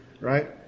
right